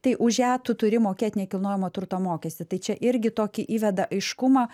tai už ją tu turi mokėt nekilnojamo turto mokestį tai čia irgi tokį įveda aiškumą